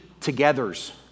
togethers